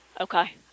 Okay